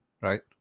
right